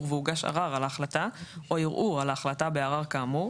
והוגש ערר על ההחלטה או ערעור על ההחלטה בערר כאמור,